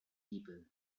people